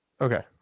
okay